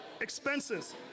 expenses